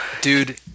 Dude